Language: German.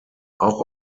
auch